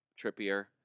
Trippier